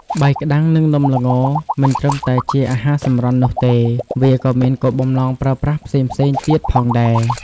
បាយក្ដាំង និងនំល្ង មិនត្រឹមតែជាអាហារសម្រន់នោះទេ វាក៏មានគោលបំណងប្រើប្រាស់ផ្សេងៗទៀតផងដែរ។